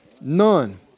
None